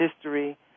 history